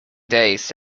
voice